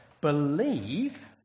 believe